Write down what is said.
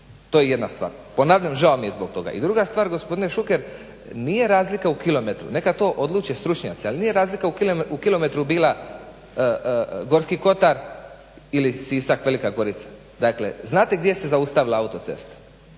To je jedna stvar. Ponavljam žao mi je zbog toga. I druga stvar, gospodine Šuker, nije razlika u kilometru, neka to odluke stručnjaci, ali nije razlika u kilometru bila Gorski kotar ili Sisak, Velika Gorica. Dakle znate gdje se zaustavila autocesta?